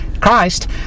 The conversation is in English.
Christ